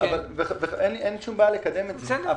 אין בעיה לקדם את זה.